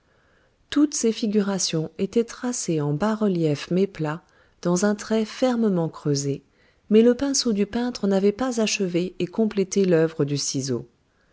toutes ces figurations étaient tracées en bas-relief méplat dans un trait fermement creusé mais le pinceau du peintre n'avait pas achevé et complété l'œuvre du ciseau